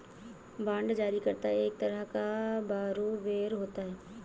bond जारी करता एक तरह का बारोवेर होता है